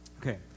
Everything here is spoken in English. okay